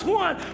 one